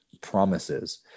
promises